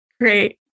Great